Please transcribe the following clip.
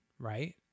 Right